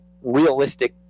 realistic